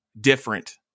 different